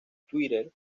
twitter